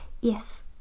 Yes